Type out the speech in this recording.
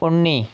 उन्नी